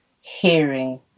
hearing